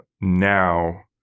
now